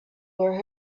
were